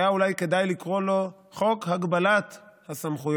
היה אולי כדאי לקרוא לו: חוק הגבלת הסמכויות.